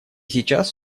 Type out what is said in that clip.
сейчас